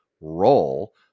role